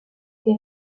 été